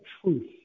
truth